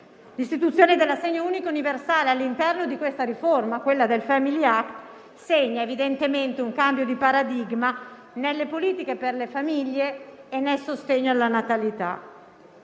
L'istituzione dell'assegno unico universale all'interno della riforma del cosiddetto *family act* segna evidentemente un cambio di paradigma nelle politiche per la famiglia e nel sostegno alla natalità.